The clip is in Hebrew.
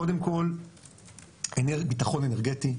קודם כל בטחון אנרגטי,